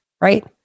right